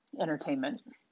entertainment